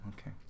Okay